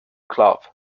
club